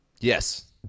Yes